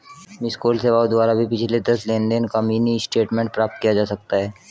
miss call सेवाओं द्वारा भी पिछले दस लेनदेन का मिनी स्टेटमेंट प्राप्त किया जा सकता है